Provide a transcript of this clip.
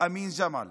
אמין אל-ג'מל